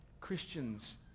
Christians